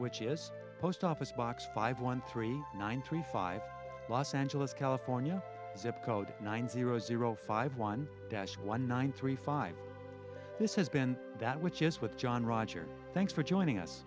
which is post office box five one three nine three five los angeles california zip code nine zero zero five one dash one three five this has been that which is with john rogers thanks for joining us